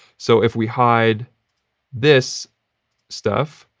so, if we hide this stuff,